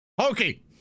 Okay